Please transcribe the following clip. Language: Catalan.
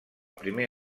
primer